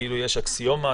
כאילו זה אקסיומה.